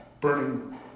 burning